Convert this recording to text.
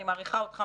אני מעריכה מאוד,